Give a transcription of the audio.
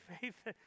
faith